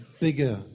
bigger